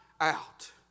out